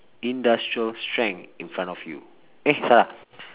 industrial strength in front of you eh salah